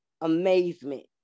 amazement